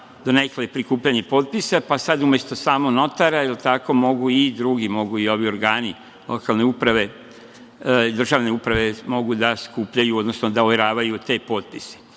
donekle prikupljanje potpisa, pa sad umesto samo notara mogu i drugi, mogu organi lokalne uprave, državne uprave, mogu da skupljaju odnosno da overavaju te potpise.